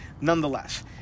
nonetheless